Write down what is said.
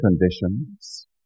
conditions